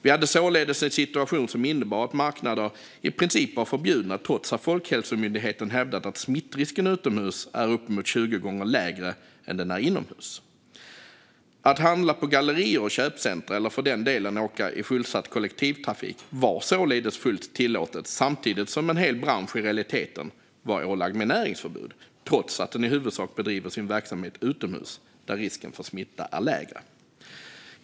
Vi hade således en situation som innebar att marknader i princip var förbjudna trots att Folkhälsomyndigheten hävdat att smittrisken utomhus är uppemot 20 gånger lägre än den är inomhus. Att handla i gallerior och köpcentrum eller, för den delen, åka i fullsatt kollektivtrafik var således fullt tillåtet samtidigt som en hel bransch i realiteten var ålagd näringsförbud trots att den i huvudsak bedrev sin verksamhet utomhus, där risken för smitta är lägre.